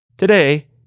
Today